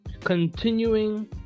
Continuing